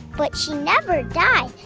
but she never died.